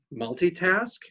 multitask